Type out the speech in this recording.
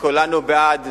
וכולנו בעד